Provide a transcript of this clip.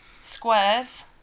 Squares